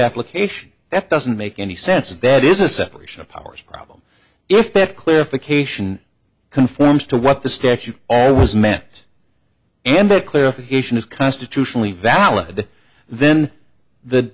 application that doesn't make any sense that is a separation of powers problem if that cliff occasion conforms to what the statute all was meant and that clarification is constitutionally valid then the